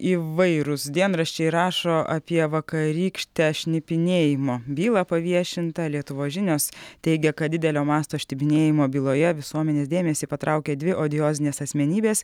įvairūs dienraščiai rašo apie vakarykštę šnipinėjimo bylą paviešintą lietuvos žinios teigia kad didelio masto šnipinėjimo byloje visuomenės dėmesį patraukė dvi odiozinės asmenybės